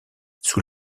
sous